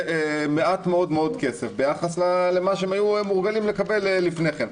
מעט מאוד כסף ביחס למה שהם היו מורגלים לקבל לפני כן.